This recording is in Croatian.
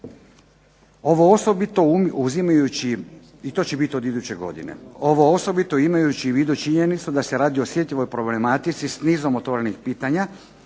Ovo osobito imajući u vidu činjenicu da se radi o osjetljivoj problematici, s nizom otvorenih pitanja,